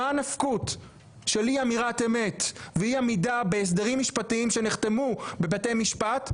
מה הנפקות של אי אמירת אמת ואי עמידה בהסדרים משפטיים שנחתמו בבתי משפט?